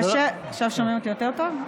עכשיו שומעים אותי יותר טוב?